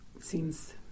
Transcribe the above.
seems